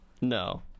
No